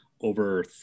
over